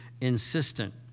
insistent